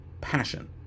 passion